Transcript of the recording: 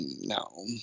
no